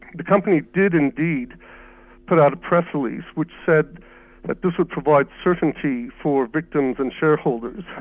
the company did indeed put out a press release which said that this would provide certainty for victims and shareholders,